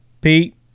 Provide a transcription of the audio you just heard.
Pete